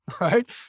right